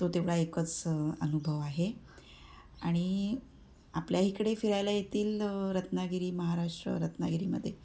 तो तेवढा एकच अनुभव आहे आणि आपल्या इकडे फिरायला येथील रत्नागिरी महाराष्ट्र रत्नागिरीमध्ये